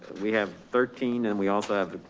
we have thirteen. and we also have